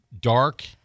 dark